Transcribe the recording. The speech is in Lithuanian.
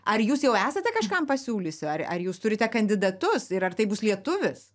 ar jūs jau esate kažkam pasiūlysiu ar ar jūs turite kandidatus ir ar tai bus lietuvis